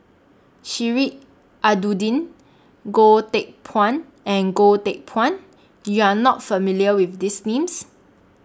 Sheik Alau'ddin Goh Teck Phuan and Goh Teck Phuan YOU Are not familiar with These Names